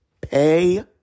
Pay